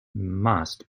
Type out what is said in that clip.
must